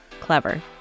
Clever